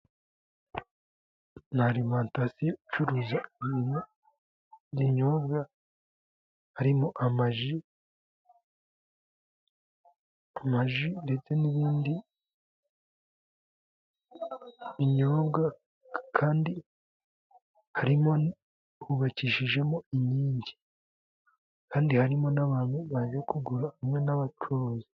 Ni alimantasiyo icuruza ibintu binyobwa, harimo ama ji ndetse n'ibindi binyobwa kandi hubakishijemo inkingi, kandi harimo n'abantu baje kugura hamwe n'abacuruzi.